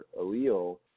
allele